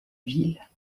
ville